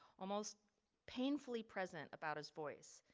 almost painfully present about his voice.